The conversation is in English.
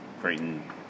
Creighton